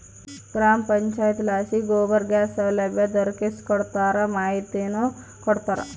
ಗ್ರಾಮ ಪಂಚಾಯಿತಿಲಾಸಿ ಗೋಬರ್ ಗ್ಯಾಸ್ ಸೌಲಭ್ಯ ದೊರಕಿಸಿಕೊಡ್ತಾರ ಮಾಹಿತಿನೂ ಕೊಡ್ತಾರ